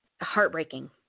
heartbreaking